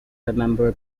remember